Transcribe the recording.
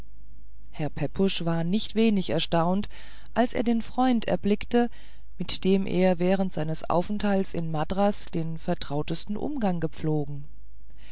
herr pepusch war nicht wenig erstaunt als er den freund erblickte mit dem er während seines aufenthaltes in madras den vertrautesten umgang gepflogen